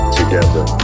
together